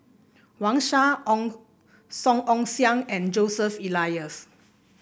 Wang Sha Ong Song Ong Siang and Joseph Elias